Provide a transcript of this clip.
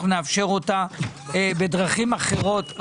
אנחנו נאפשר אותה בדרכים אחרות.